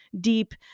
deep